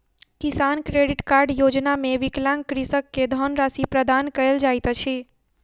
किसान credit card योजना मे विकलांग कृषक के धनराशि प्रदान कयल जाइत अछि